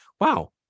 Wow